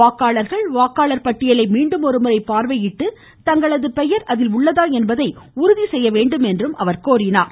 வாக்காளர்கள் வாக்காளர் பட்டியலை மீண்டும் ஒருமுறை பார்வையிட்ட தங்கள் பெயர் அதில் உள்ளதா என்பதை உறுதி செய்ய வேண்டும் என்றும் கூறினார்